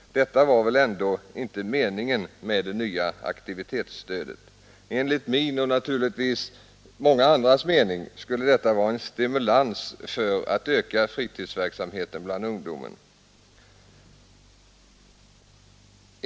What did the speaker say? Detta var väl ändå inte meningen med det nya aktivitetsstödet? Enligt min och naturligtvis många andras mening skulle detta vara en stimulans för att öka fritidsverksamheten bland ungdomen.